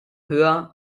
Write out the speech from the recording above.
höher